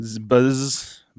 buzz